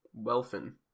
Welfin